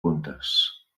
puntes